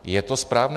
Je to správné?